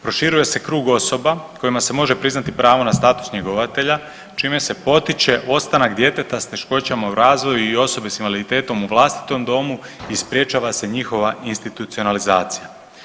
Proširuje se krug osoba kojima se može priznati pravo na status njegovatelja čime se potiče ostanak djeteta s teškoćama u razvoju i osobi s invaliditetom u vlastitom domu i sprječava se njihova institucionalizacija.